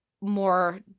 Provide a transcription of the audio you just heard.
more